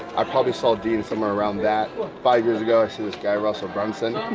i probably saw dean somewhere around that. five years ago, i see this guy, russell brunson,